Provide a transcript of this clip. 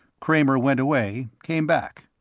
kramer went away, came back.